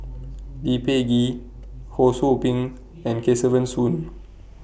Lee Peh Gee Ho SOU Ping and Kesavan Soon